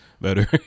better